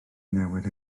newid